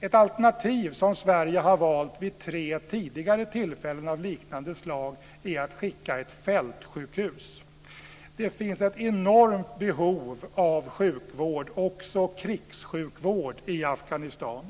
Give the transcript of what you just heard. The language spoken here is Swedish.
Ett alternativ som Sverige tidigare vid tre liknande tillfällen har valt är att skicka ett fältsjukhus. Det finns ett enormt behov av sjukvård, också krigssjukvård, i Afghanistan.